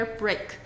break